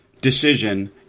decision